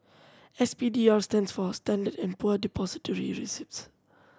S P D R stands for Standard and Poor Depository Receipts